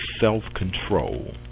self-control